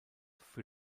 für